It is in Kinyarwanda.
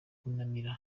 kunamira